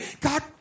God